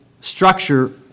structure